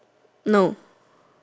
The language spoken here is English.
no